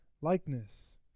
likeness